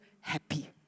happy